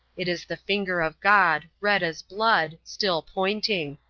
it is the finger of god red as blood still pointing.